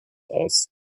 aus